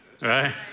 right